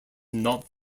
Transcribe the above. not